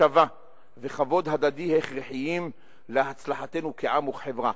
הקשבה וכבוד הדדי הכרחיים להצלחתנו כעם וכחברה.